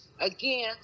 again